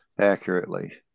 accurately